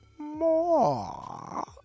more